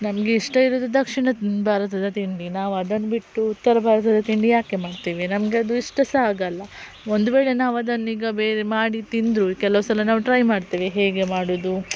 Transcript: ನಮಗೆ ಇಷ್ಟ ಇರುವುದು ದಕ್ಷಿಣ ಭಾರತದ ತಿಂಡಿ ನಾವದನ್ನ ಬಿಟ್ಟು ಉತ್ತರ ಭಾರತದ ತಿಂಡಿ ಯಾಕೆ ಮಾಡ್ತೀವಿ ನಮಗದು ಇಷ್ಟ ಸಹ ಆಗೋಲ್ಲ ಒಂದ್ವೇಳೆ ನಾವದನ್ನೀಗ ಬೇರೆ ಮಾಡಿ ತಿಂದರೂ ಕೆಲವು ಸಲ ನಾವು ಟ್ರೈ ಮಾಡ್ತೇವೆ ಹೇಗೆ ಮಾಡುವುದು